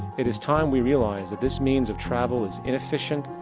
it is time we realize that this means of travel is inefficient,